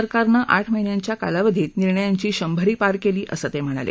सरकारनं आठ महिन्यांच्या कालावधीत निर्णयांची शंभरी पार केली असं ते म्हणाले